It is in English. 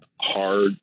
hard